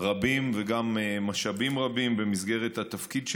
רבים וגם משאבים רבים במסגרת התפקיד שלי.